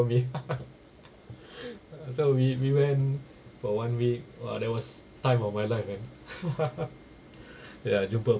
we so we we went for one week lah that was time of my life man ya jumpa